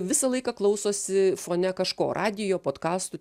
visą laiką klausosi fone kažko radijo potkastų